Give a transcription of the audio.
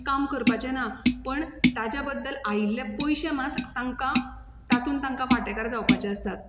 काम करपाचें ना पण ताज्या बद्दल आयिल्ले पयशे मात तांकां तातूंत तांकां वांटेकार जावपाचे आसता